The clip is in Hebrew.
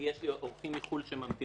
יש לי אורחים מחו" שממתינים לי.